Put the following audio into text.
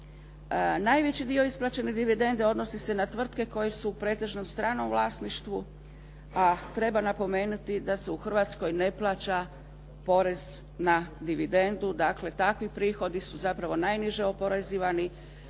Najveći dio isplaćene dividende odnosi se na tvrtke koje su u pretežno stranom vlasništvu a treba napomenuti da se u Hrvatskoj ne plaća porez na dividendu, dakle takvi prihodu su zapravo najniže oporezivani